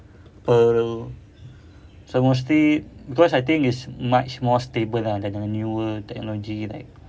pearl so mostly because I think it's much more stable ah than the newer technology like